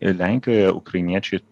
ir lenkijoje ukrainiečiai